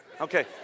Okay